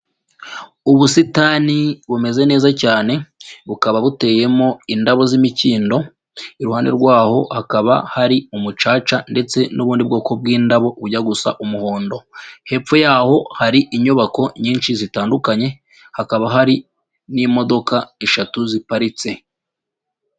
Ubusitani bumeze neza cyane bukaba buteyemo indabo z'imikindo, iruhande rwaho hakaba hari umucaca ndetse n'ubundi bwoko bw'indabo ujya gusa umuhondo, hepfo y'aho hari inyubako nyinshi zitandukanye, hakaba hari n'imodoka eshatu ziparitse.